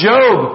Job